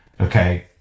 Okay